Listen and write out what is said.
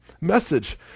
message